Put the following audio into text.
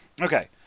okay